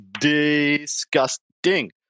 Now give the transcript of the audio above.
disgusting